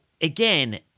again